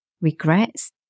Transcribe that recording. regrets